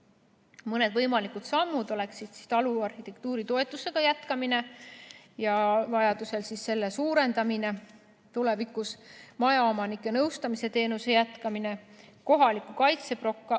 Mõned võimalikud sammud oleksid taluarhitektuuri toetusega jätkamine ja vajaduse korral selle suurendamine tulevikus, majaomanike nõustamise teenuse jätkamine, kohaliku kaitse